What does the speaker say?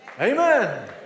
Amen